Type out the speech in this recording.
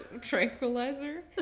Tranquilizer